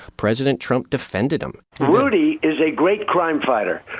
president trump defended him rudy is a great crime fighter.